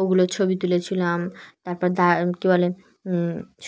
ওগুলো ছবি তুলেছিলাম তারপর দা কী বলে